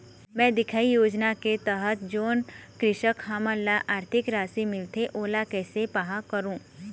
मैं दिखाही योजना के तहत जोन कृषक हमन ला आरथिक राशि मिलथे ओला कैसे पाहां करूं?